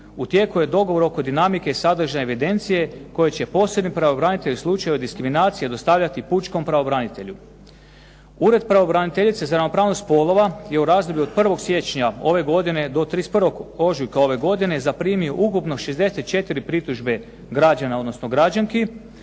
U tijeku je dogovor oko dinamike i sadržaj evidencije koji će posebni pravobranitelj u slučaju diskriminacije dostavljati pučkom pravobranitelju. Ured pravobraniteljice za ravnopravnost spolova je u razdoblju od 1. siječnja ove godine do 31. ožujka ove godine zaprimio ukupno 64 pritužbe građana, odnosno građanki